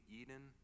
eden